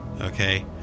Okay